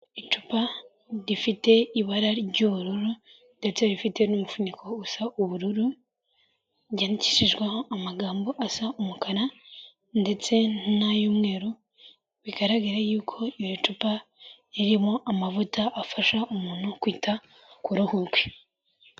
Icupa rifite ibara ry'ubururu ndetse rifite n'umufuniko usa ubururu, ryandikishijweho amagambo asa umukara ndetse n'ay'umweru, bigaragara yuko iri cupa ririmo amavuta afasha umuntu kwita ku ruhu rwe.